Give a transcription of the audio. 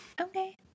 Okay